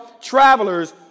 travelers